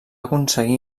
aconseguir